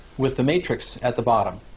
with the matrix at the bottom.